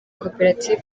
koperative